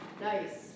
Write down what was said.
Nice